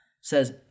says